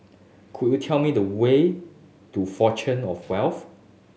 could you tell me the way to Fountain Of Wealth